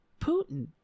Putin